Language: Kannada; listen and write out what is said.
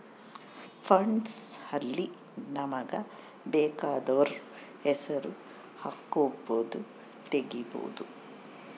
ಫಂಡ್ಸ್ ಅಲ್ಲಿ ನಮಗ ಬೆಕಾದೊರ್ ಹೆಸರು ಹಕ್ಬೊದು ತೆಗಿಬೊದು